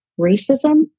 racism